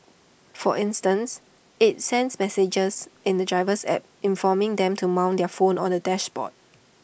for instance IT sends messages in the driver's app informing them to mount their phone on the dashboard